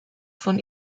von